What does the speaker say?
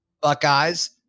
Buckeyes